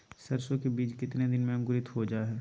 सरसो के बीज कितने दिन में अंकुरीत हो जा हाय?